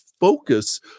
focus